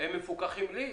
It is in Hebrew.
הם מפוקחים לי?